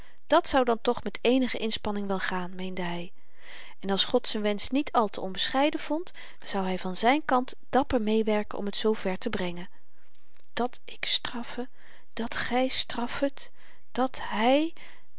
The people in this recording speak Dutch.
dàt zou dan toch met eenige inspanning wel gaan meende hy en als god z'n wensch niet al te onbescheiden vond zou hy van zyn kant dapper meewerken om t zoo ver te brengen dat ik straffe dat gy straffet dat hy